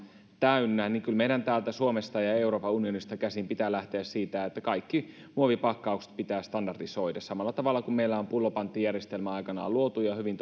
täynnä niin kyllä meidän täältä suomesta ja euroopan unionista käsin pitää lähteä siitä että kaikki muovipakkaukset pitää standardisoida samalla tavalla kuin meillä on pullopanttijärjestelmä aikanaan luotu ja hyvin